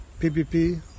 PPP